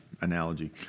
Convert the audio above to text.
analogy